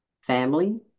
Family